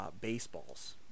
baseballs